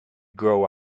grow